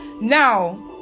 Now